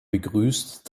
begrüßt